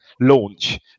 launch